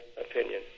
opinion